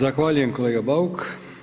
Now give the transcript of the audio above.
Zahvaljujem kolega Bauk.